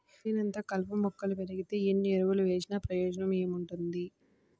చేనంతా కలుపు మొక్కలు బెరిగితే ఎన్ని ఎరువులు వేసినా ప్రయోజనం ఏముంటది